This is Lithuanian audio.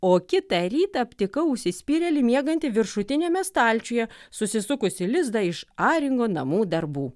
o kitą rytą aptikau užsispyrėlį miegantį viršutiniame stalčiuje susisukusi lizdą iš aringo namų darbų